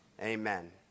Amen